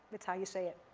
it's how you say it.